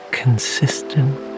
consistent